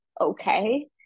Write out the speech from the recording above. okay